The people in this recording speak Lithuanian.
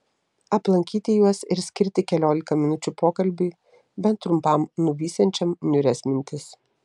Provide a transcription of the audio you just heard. aplankyti juos ir skirti keliolika minučių pokalbiui bent trumpam nuvysiančiam niūrias mintis